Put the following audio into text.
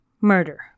murder